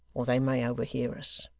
or they may overhear us